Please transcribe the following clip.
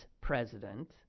president